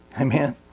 Amen